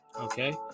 Okay